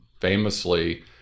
famously